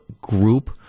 group